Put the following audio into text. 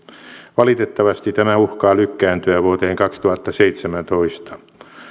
valitettavasti tämä uhkaa lykkääntyä vuoteen kaksituhattaseitsemäntoista